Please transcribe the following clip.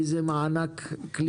איזה מענק קליטה.